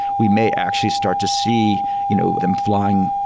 we may actually start to see you know them flying.